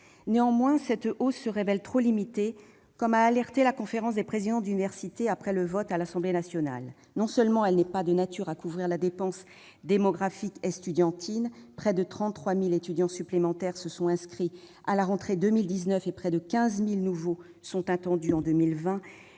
Néanmoins, cette hausse se révèle trop limitée, comme a alerté la conférence des présidents d'université après le vote à l'Assemblée nationale. Non seulement elle n'est pas de nature à couvrir la croissance démographique estudiantine- près de 33 000 étudiants supplémentaires se sont inscrits à la rentrée de 2019 et près de 15 000 nouveaux étudiants sont attendus en 2020